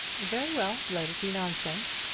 very well. let it be nonsense.